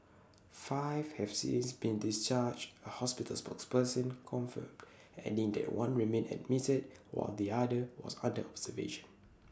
five have since been discharged A hospital spokesperson confirmed adding that one remained admitted while the other was under observation